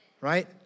right